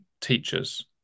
teachers